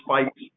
spikes